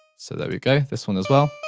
so there we go, this one as well,